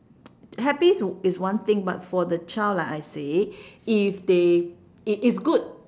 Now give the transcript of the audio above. happy is is one thing but for the child like I say if they it is good